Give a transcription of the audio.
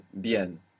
bien